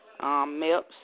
MIPS